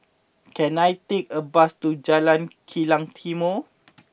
can I take a bus to Jalan Kilang Timor